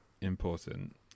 important